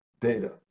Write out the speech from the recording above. data